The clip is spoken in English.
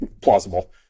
plausible